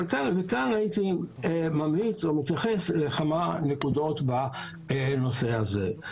מכאן הייתי ממליץ או מתייחס לכמה נקודות בנושא הזה.